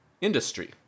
industry